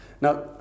Now